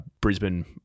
Brisbane